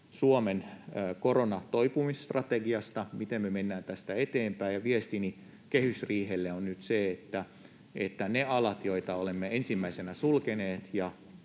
Suomen koronatoipumisstrategiasta, miten me mennään tästä eteenpäin. Viestini kehysriihelle on nyt, että niille aloille, joita olemme ensimmäisenä sulkeneet